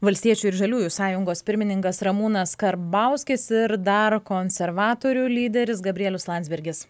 valstiečių ir žaliųjų sąjungos pirmininkas ramūnas karbauskis ir dar konservatorių lyderis gabrielius landsbergis